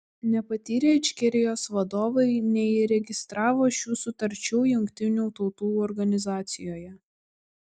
nepatyrę ičkerijos vadovai neįregistravo šių sutarčių jungtinių tautų organizacijoje